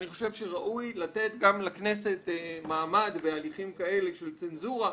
אני חושב שראוי לתת גם לכנסת מעמד בהליכים כאלה של צנזורה.